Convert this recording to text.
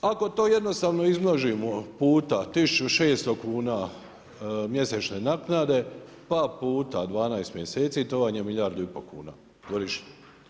Ako to jednostavno izmnožimo puta 1600 kuna mjesečne naknade pa puta 12 mjeseci to vam je milijardu i pol kuna godišnje.